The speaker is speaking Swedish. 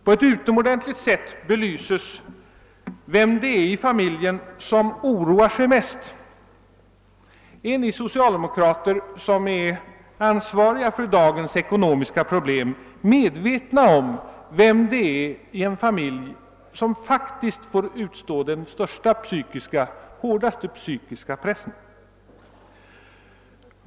På ett utomordentligt sätt belyses vem det är i familjen som oroar sig mest. Är ni socialdemokrater som är ansvariga för dagens ekonomiska problem medvetna om vem det är i en familj som faktiskt får utstå den hårdaste psykiska pressen?